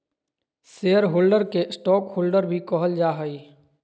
share holder के stockholder भी कहल जा हइ